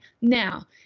Now